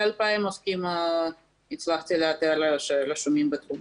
כ-2,000 עוסקים הצלחתי לאתר שרשומים בתחום.